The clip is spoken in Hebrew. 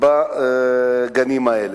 בגנים האלה.